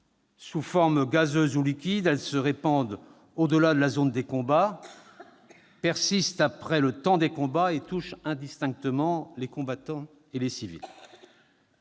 Sous forme gazeuse ou liquide, elles se répandent au-delà de la zone des combats, persistent après le temps des combats et touchent indistinctement les combattants et les civils.